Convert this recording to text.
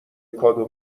کادو